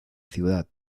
ciudad